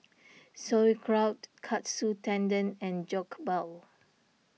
Sauerkraut Katsu Tendon and Jokbal